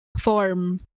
form